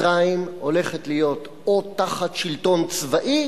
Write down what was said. מצרים הולכת להיות או תחת שלטון צבאי